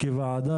כוועדה,